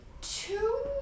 two